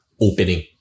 opening